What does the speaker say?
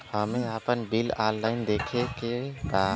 हमे आपन bill online देखे के बा?